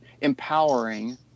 empowering